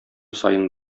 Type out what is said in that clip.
саен